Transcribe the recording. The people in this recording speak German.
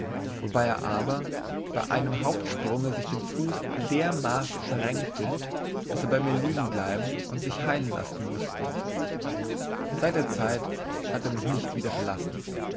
wobei er aber bei einem hauptsprunge sich den fuß dermaßen verrenkte daß er bei mir liegen bleiben und sich heilen lassen mußte seit der zeit hat er mich nicht wieder verlassen